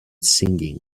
singing